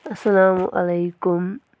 اَسَلامُ علیکُم